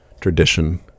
tradition